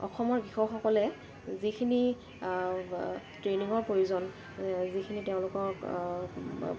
অসমৰ কৃষকসকলে যিখিনি ট্ৰেইনিঙৰ প্ৰয়োজন যিখিনি তেওঁলোকক